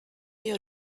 your